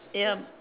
yup